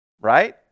right